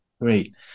Great